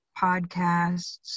podcasts